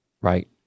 right